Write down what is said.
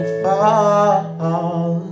fall